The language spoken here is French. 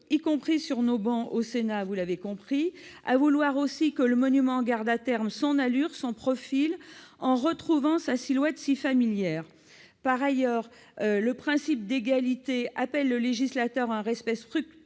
y compris sur nos travées au Sénat, vous l'avez compris, à vouloir aussi que le monument garde à terme son allure, son profil et retrouve sa silhouette si familière. Par ailleurs, le principe d'égalité appelle le législateur à un respect scrupuleux